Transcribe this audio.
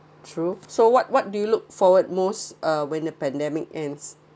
true so what what do you look forward most uh when a pandemic ends